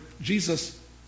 Jesus